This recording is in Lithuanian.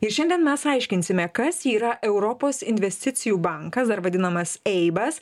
ir šiandien mes aiškinsime kas yra europos investicijų bankas dar vadinamas eibas